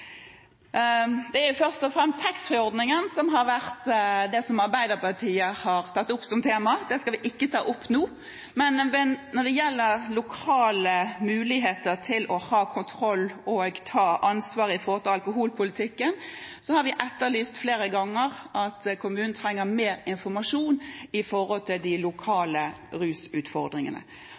Det er først og fremst taxfree-ordningen som har vært det Arbeiderpartiet har tatt opp som tema. Det skal vi ikke ta opp nå, men når det gjelder lokale muligheter til å ha kontroll og ta ansvar når det gjelder alkoholpolitikken, har vi flere ganger etterlyst at kommunen trenger mer informasjon når det gjelder de